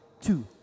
Two